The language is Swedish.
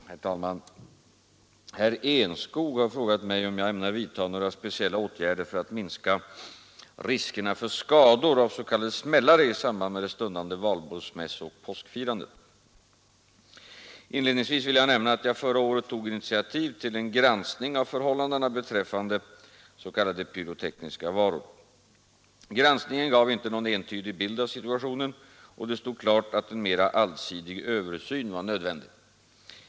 Herr talman! Herr Enskog har frågat mig om jag ämnar vidta några speciella åtgärder för att minska riskerna för skador av s.k. smällare i samband med det stundande valborgsmässooch påskfirandet. Inledningsvis vill jag nämna att jag förra året tog initiativ till en granskning av förhållandena beträffande s.k. pyrotekniska varor. Granskningen gav inte någon entydig bild av situationen, och det stod klart att en mera allsidig översyn var nödvändig.